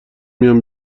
میام